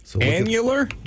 Annular